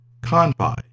Kanpai